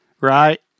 right